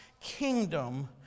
kingdom